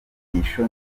inyigisho